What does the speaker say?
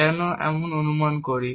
কেন আমরা এমন অনুমান করি